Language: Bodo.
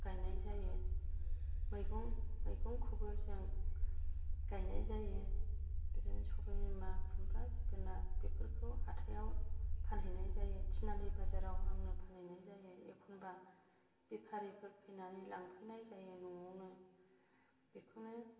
गायनाय जायो मैगं मैगंखौबो जों गायनाय जायो बेबायदिनो सबायबिमा खुमब्रा जोगोनार बेफोरखौबो हाथायाव फानहैनाय जायो थिनालि बाजाराव आंनो फानहैनाय जायो एखमबा बेफारिफोर फैनानै लांफैनाय जायो न'आवनो बेखौनो